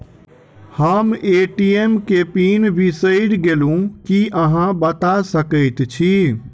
हम ए.टी.एम केँ पिन बिसईर गेलू की अहाँ बता सकैत छी?